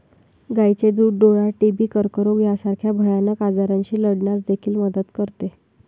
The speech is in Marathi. गायीचे दूध डोळा, टीबी, कर्करोग यासारख्या भयानक आजारांशी लढण्यास देखील मदत करते